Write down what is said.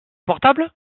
portable